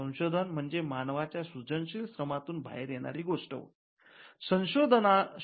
संशोधन म्हणजे मानवाच्या सृजनशील श्रमातून बाहेर येणारी गोष्ट होय